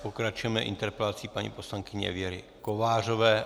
Pokračujeme interpelací paní poslankyně Věry Kovářové.